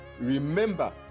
Remember